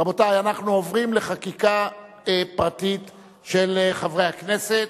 רבותי, אנחנו עוברים לחקיקה פרטית של חברי הכנסת,